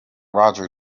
roger